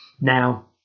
Now